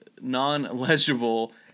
non-legible